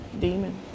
demon